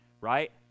right